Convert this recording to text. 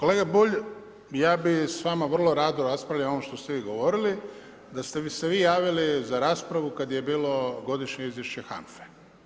Kolega Bulj, ja bih s vama vrlo rado raspravljalo o ovom što ste vi govorili da ste se vi javili za raspravu kada je bilo godišnje izvješće HANFA-e.